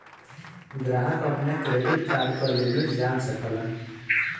ग्राहक अपने credit card क लिमिट जान सकलन